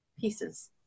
pieces